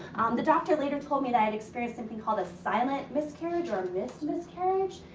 the doctor later told me that i had experienced something called a silent miscarriage or a missed miscarriage.